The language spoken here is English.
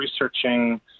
researching